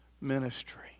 ministry